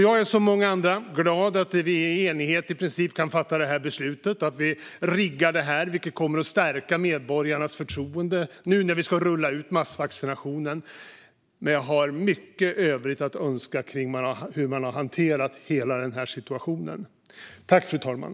Jag är som många andra glad att vi i princip i enighet kan fatta det här beslutet, att vi riggar det här. Det kommer att stärka medborgarnas förtroende nu när massvaccinationen ska rulla ut. Men jag har mycket övrigt att önska när det gäller hur man har hanterat hela situationen.